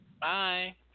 Bye